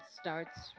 starts